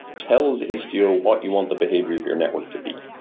tells istio what you want the behavior of your network to be